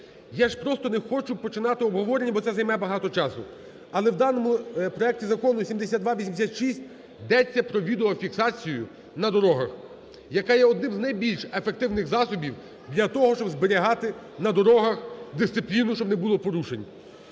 я ж просто не хочу починати обговорення, бо це займе багато часу. Але у даному проекті Закону 7286 йдеться про відеофіксацію на дорогах, яка є одним з найбільш ефективних засобів для того, щоб зберігати на дорогах дисципліну, щоб не було порушень.